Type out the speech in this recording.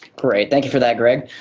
great. thank you for that, greg.